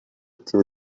cattivo